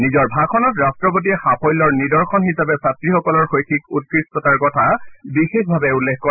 নিজৰ ভাষণত ৰাষ্ট্ৰপতিয়ে সাফল্যৰ নিদৰ্শন হিচাপে ছাত্ৰীসকলৰ শৈক্ষিক উৎকৃষ্টতাৰ কথা বিশেষভাবে উল্লেখ কৰে